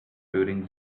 during